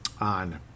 on